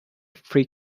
free